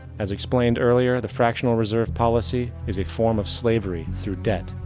as explained earlier, the fractional reserve policy is a form of slavery through debt,